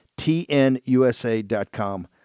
TNUSA.com